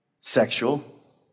sexual